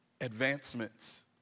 advancements